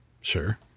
Sure